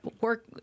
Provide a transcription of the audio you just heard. work